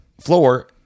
floor